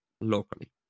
locally